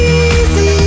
easy